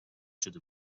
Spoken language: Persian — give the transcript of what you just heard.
شده